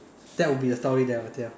that would be the story that I would tell